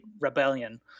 rebellion